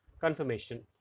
confirmation